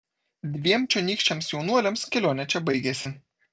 dviem čionykščiams jaunuoliams kelionė čia baigėsi